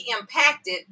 impacted